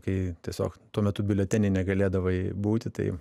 kai tiesiog tuo metu biuleteny negalėdavai būti tai